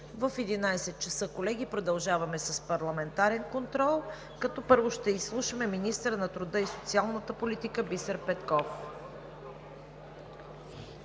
за днес. Колеги, продължаваме в 11,00 ч. с парламентарен контрол, като първо ще изслушаме министъра на труда и социалната политика Бисер Петков.